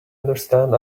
understand